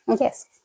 Yes